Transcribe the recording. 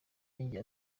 yongeye